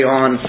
on